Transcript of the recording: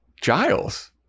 Giles